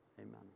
amen